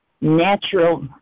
natural